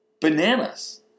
Bananas